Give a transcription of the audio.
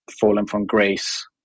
fallen-from-grace